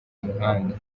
muhanda